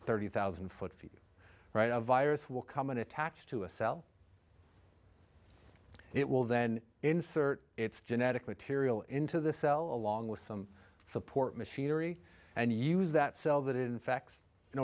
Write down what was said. thirty thousand foot feed right of virus will come in attached to a cell it will then insert its genetic material into the cell along with some support machinery and use that cell that infects in